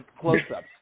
close-ups